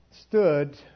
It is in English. stood